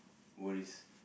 worries